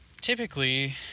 typically